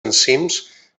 enzims